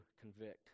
convict